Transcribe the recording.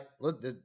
look